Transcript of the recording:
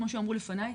כמו שאמרו לפניי,